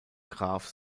graf